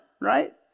right